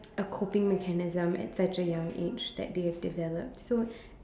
a coping mechanism at such a young age that they have developed so